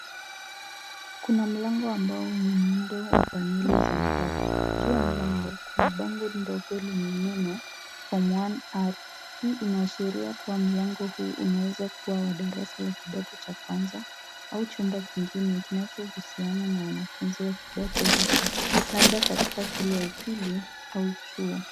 Kuna mlango wa mbao wenye muundo wa paneli za mraba. Juu ya mlango kuna bango ndogo lenye neno Form 1R . Hii inaashiria kuwa mlango huu unaweza kuwa wa darasa la kidato cha kwanza au chumba kingine kinachohusiana na wanafunzi wa kidato hicho, labda katika shule ya upili au chuo.